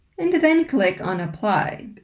and then click on apply.